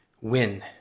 win